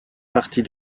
partie